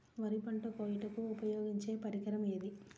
వరి పంట కోయుటకు ఉపయోగించే పరికరం ఏది?